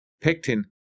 pectin